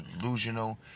delusional